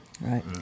Right